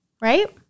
right